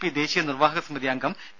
P ദേശീയ നിർവ്വാഹക സമിതി അംഗം പി